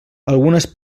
algunes